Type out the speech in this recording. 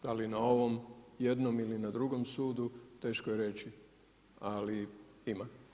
Da li na ovom jednom ili na drugom sudu, teško je reći, ali ima.